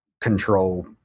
control